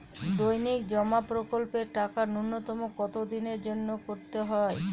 দৈনিক জমা প্রকল্পের টাকা নূন্যতম কত দিনের জন্য করতে হয়?